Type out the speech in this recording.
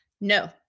No